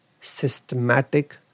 systematic